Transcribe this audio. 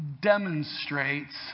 demonstrates